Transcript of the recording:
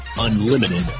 Unlimited